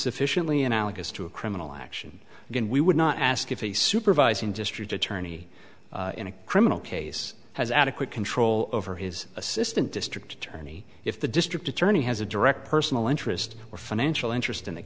sufficiently analogous to a criminal action again we would not ask if a supervising district attorney in a criminal case has adequate control over his assistant district attorney if the district attorney has a direct personal interest or financial interest in th